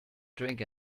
drink